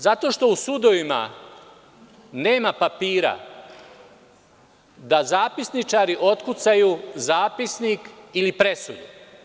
Zato što u sudovima nema papira da zapisničari otkucaju zapisnik ili presudu.